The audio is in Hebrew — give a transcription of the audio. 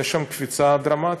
יש שם קפיצה דרמטית.